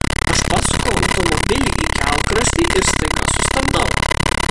aš pasuku automobilį į kelkraštį ir staiga sustabdau